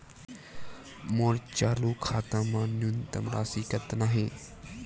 मोर चालू खाता मा न्यूनतम राशि कतना हे?